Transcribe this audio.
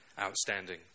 outstanding